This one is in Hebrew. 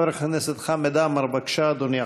חבר הכנסת חמד עמאר, בבקשה, אדוני.